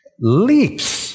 leaps